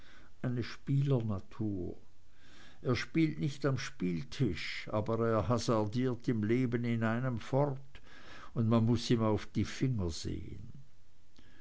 eine spielernatur er spielt nicht am spieltisch aber er hasardiert im leben in einem fort und man muß ihm auf die finger sehen